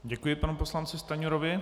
Děkuji panu poslanci Stanjurovi.